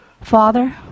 Father